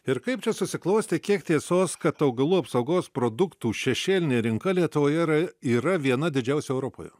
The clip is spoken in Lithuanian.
ir kaip čia susiklostė kiek tiesos kad augalų apsaugos produktų šešėlinė rinka lietuvoje yra yra viena didžiausių europoje